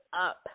up